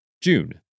June